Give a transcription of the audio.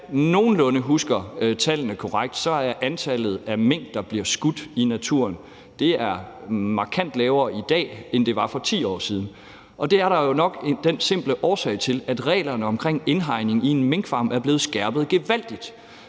nogenlunde korrekt, er antallet af mink, der bliver skudt i naturen, markant lavere i dag, end det var for 10 år siden, og det er der nok den simple årsag til, at reglerne omkring indhegning i en minkfarm er blevet skærpet gevaldigt,